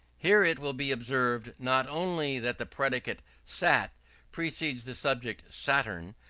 here it will be observed, not only that the predicate sat precedes the subject saturn,